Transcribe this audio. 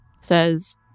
says